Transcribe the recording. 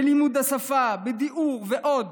בלימוד השפה, בדיור ועוד,